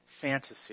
Fantasy